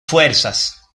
fuerzas